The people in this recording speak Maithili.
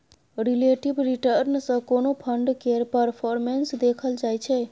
रिलेटिब रिटर्न सँ कोनो फंड केर परफॉर्मेस देखल जाइ छै